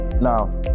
Now